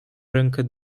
rękę